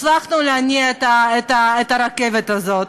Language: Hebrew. הצלחנו להניע את הרכבת הזאת.